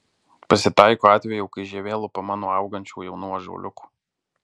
pasitaiko atvejų kai žievė lupama nuo augančių jaunų ąžuoliukų